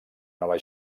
nova